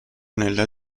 nella